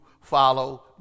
follow